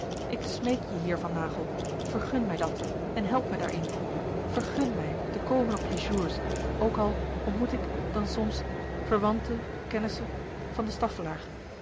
ik smeek je hier van naghel vergun mij dat en help mij daarin vergùn mij te komen op je jours ook al ontmoet ik dan soms verwanten kennissen van de